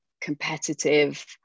competitive